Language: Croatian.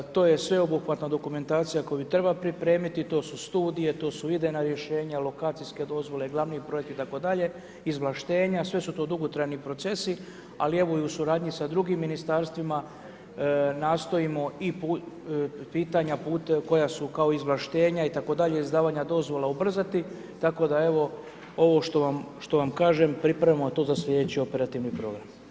To je sveobuhvatna dokumentacija koju treba pripremiti, to su studije, to su idejna rješenja, lokacijske dozvole, glavni projekti itd., sve su to dugotrajni procesi ali evo i u suradnji sa drugim ministarstvima nastojimo i pitanja koja su kao izvlaštenja itd., izdavanja dozvola ubrzati, tako da evo ovo što vam kažem pripremamo to za sljedeći operativni program.